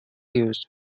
used